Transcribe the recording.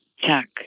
check